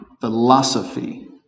philosophy